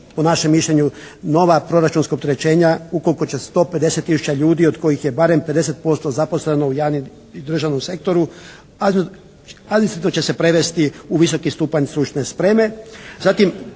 po našem mišljenju nova proračunska opterećenja ukoliko će 150 tisuća ljudi od kojih je barem 50% zaposleno u javnim i državnom sektoru, administrativno će se prevesti u visoki stupanj stručne spreme.